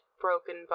broken